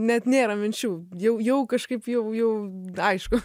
net nėra minčių jau jau kažkaip jau jau aišku